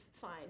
fine